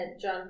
John